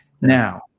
Now